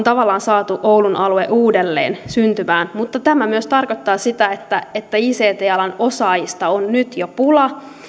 tavallaan saatu työpaikkoja oulun alue uudelleen syntymään mutta tämä tarkoittaa myös sitä että että ict alan osaajista on nyt jo pula